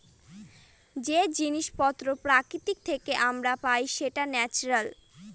যে জিনিস পত্র প্রকৃতি থেকে আমরা পাই সেটা ন্যাচারাল